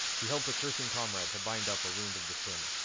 he helped a cursing comrade to bind up a wound of the shin.